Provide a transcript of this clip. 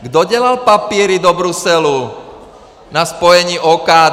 Kdo dělal papíry do Bruselu na spojení OKD?